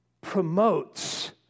promotes